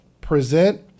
present